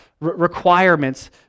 requirements